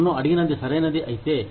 నన్ను అడిగినది సరైనది అయితే